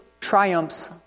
triumphs